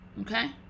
okay